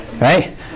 Right